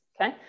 okay